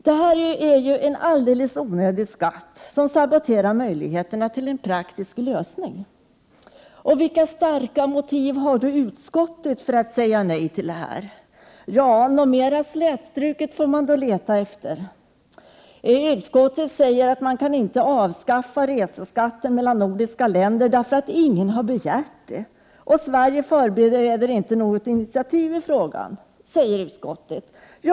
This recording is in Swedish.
Det gäller här en alldeles onödig skatt, som saboterar möjligheterna — Prot. 1988/89:110 till en praktisk lösning. 9 maj 1989 Vilka starka motiv har då utskottet för att säga nej till vårt krav? Något mera slätstruket får man leta efter. Utskottet säger att man inte kan avskaffa reseskatten mellan de nordiska länderna, eftersom ingen har begärt det, och att Sverige inte förbereder något initiativ i frågan.